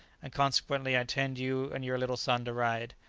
and consequently i intend you and your little son to ride.